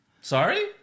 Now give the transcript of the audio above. Sorry